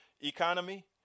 economy